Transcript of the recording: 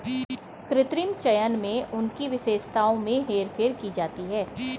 कृत्रिम चयन में उनकी विशेषताओं में हेरफेर की जाती है